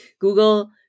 Google